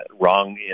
wrong